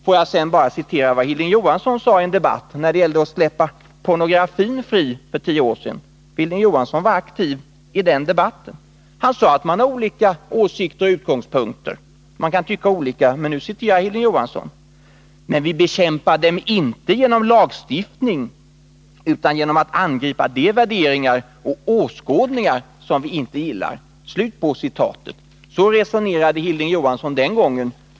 Får jag sedan bara citera vad Hilding Johansson sade i en debatt när det gällde att släppa pornografin fri för tio år sedan. Hilding Johansson var aktiv i den debatten. Han sade att man har olika åsikter och utgångspunkter, att man kan tycka olika. Nu citerar jag honom: ”Men vi bekämpar dem inte genom lagstiftning utan genom att angripa de värderingar och åskådningar som vi inte gillar.” Så resonerade Hilding Johansson den gången.